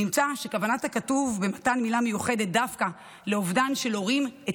נמצא שכוונת הכתוב במתן מילה מיוחדת דווקא לאובדן של הורים את